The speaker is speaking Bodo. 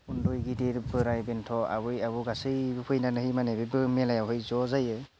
उन्दै गिदिर बोराय बेन्थ' आबै आबौ गासैबो फैनानै माने बेफोर मेलायावहाय ज' जायो